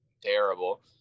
terrible